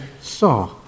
saw